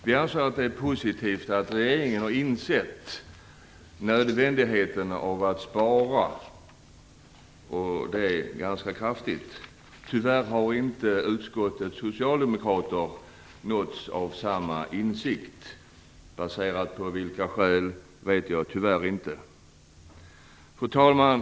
Vi anser att det är positivt att regeringen har insett nödvändigheten av att spara, och det ganska kraftigt. Tyvärr har inte utskottets socialdemokrater nåtts av samma insikt; av vilka skäl vet jag tyvärr inte. Fru talman!